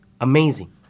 amazing